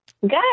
Good